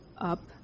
up